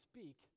speak